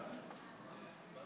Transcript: ההצעה